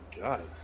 God